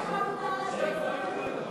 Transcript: תפסיק להשמיץ את הרבנים.